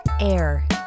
Air